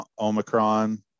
Omicron